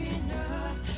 enough